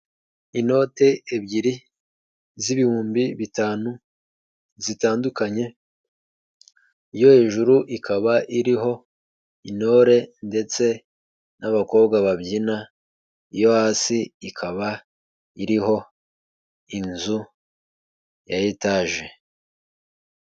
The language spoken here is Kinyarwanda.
Inote ebyiri z'ibihumbi bitanu zitandukanye, iyo hejuru ikaba iriho intore ndetse n'abakobwa babyina, iyo hasi ikaba iriho inzu ya etaje.